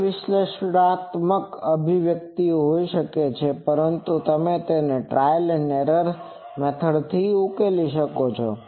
ઘણી વિશ્લેષણાત્મક અભિવ્યક્તિઓ હોઈ શકે નહીં પરંતુ તમે તેને ટ્રાયલ એન્ડ એરર વગેરેથી ઉકેલી શકો છો